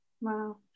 wow